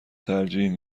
ترجیح